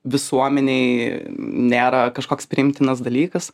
visuomenėj nėra kažkoks priimtinas dalykas